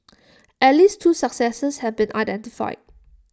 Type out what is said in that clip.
at least two successors have been identified